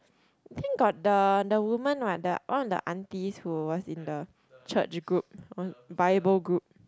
I think got the the woman one one of the aunties who was in the church group bible group